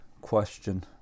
question